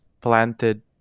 planted